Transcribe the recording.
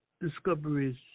discoveries